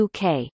UK